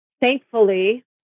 thankfully